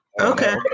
okay